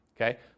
Okay